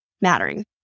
mattering